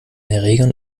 erregern